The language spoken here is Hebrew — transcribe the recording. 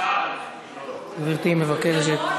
גברתי מבקשת,